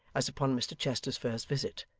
as upon mr chester's first visit,